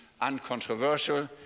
uncontroversial